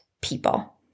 people